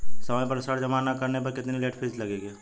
समय पर ऋण जमा न करने पर कितनी लेट फीस लगेगी?